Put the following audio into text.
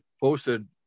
posted